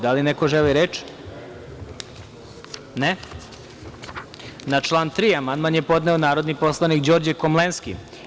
Da li neko želi reč? (Ne) Na član 3. amandman je podneo narodni poslanik Đorđe Komlenski.